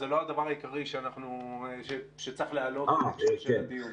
זה לא הדבר העיקרי שצריך להעלות בהקשר של הדיון.